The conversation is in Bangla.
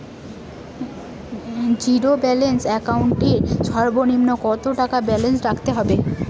জীরো ব্যালেন্স একাউন্ট এর সর্বনিম্ন কত টাকা ব্যালেন্স রাখতে হবে?